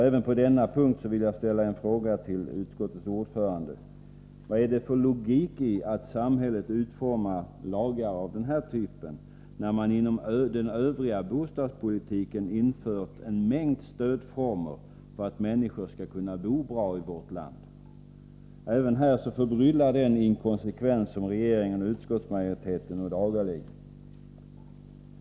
Även på denna punkt vill jag ställa en fråga till utskottets ordförande: Vad är det för logik i att samhället utformar lagar av denna typ, när man inom den övriga bostadspolitiken har infört en mängd stödformer för att människor skall kunna bo bra i vårt land? Även här förbryllar den inkonsekvens som regeringen och utskottsmajoriteten ådagalägger.